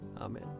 Amen